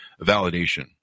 validation